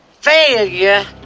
failure